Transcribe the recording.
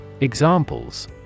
Examples